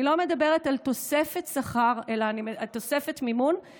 אני לא מדברת על תוספת שכר או על תוספת מימון,